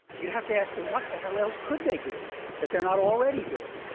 you'd have to ask, what the hell else could they do that they're not already doing?